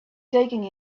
taking